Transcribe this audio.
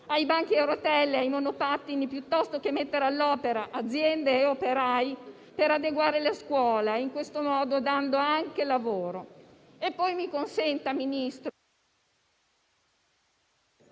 ai banchi a rotelle e ai monopattini piuttosto che mettere all'opera aziende e operai per adeguare la scuola, dando in questo modo anche lavoro. Mi consenta inoltre,